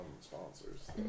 sponsors